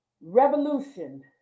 revolution